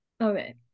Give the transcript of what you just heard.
Okay